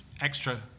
extra